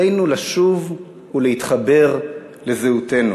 עלינו לשוב ולהתחבר לזהותנו.